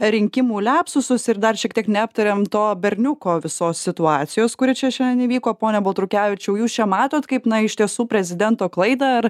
rinkimų liapsusus ir dar šiek tiek neaptarėm to berniuko visos situacijos kuri čia šiandien įvyko pone baltrukevičiau jūs čia matot kaip na iš tiesų prezidento klaidą ar